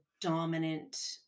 dominant